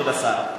כבוד השר,